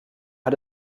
hat